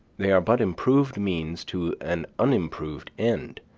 they are but improved means to an unimproved end,